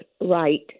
right